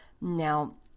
now